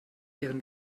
ihren